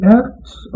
acts